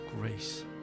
grace